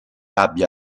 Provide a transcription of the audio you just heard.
abbia